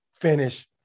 finish